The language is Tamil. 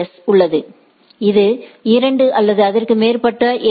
எஸ் உள்ளது அது 2 அல்லது அதற்கு மேற்பட்ட ஏ